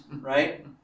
Right